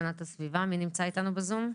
הסביבה, מי נמצא איתנו בזום?